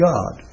God